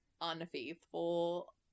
Unfaithful